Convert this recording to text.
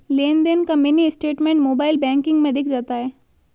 लेनदेन का mini statement mobile banking में दिख जाता है